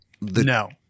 No